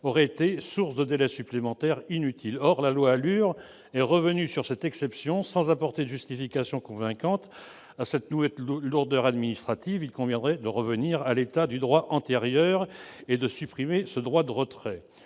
aurait été source de délais supplémentaires inutiles. La loi ALUR est revenue sur cette exception, sans que l'on apporte de justifications convaincantes à cette nouvelle lourdeur administrative. Il conviendrait de revenir au droit antérieur en supprimant ce droit de retrait.